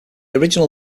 original